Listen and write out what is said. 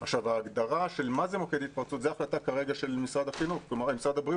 ההגדרה של מהו מוקד התפרצות זה החלטה כרגע של משרד הבריאות שהגדיר: